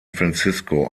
francisco